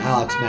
Alex